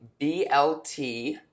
BLT